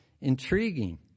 intriguing